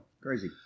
Crazy